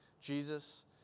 Jesus